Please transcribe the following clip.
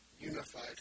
unified